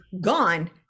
gone